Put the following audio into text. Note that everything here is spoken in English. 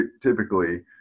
typically